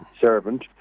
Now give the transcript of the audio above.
servant